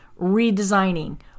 redesigning